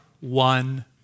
one